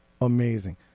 amazing